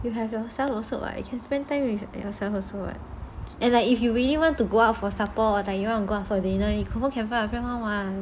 you have yourself also what like you can spend time with yourself also [what] and like if you really want to go out for supper or like you want to go out for dinner you confirm can find a friend one [what]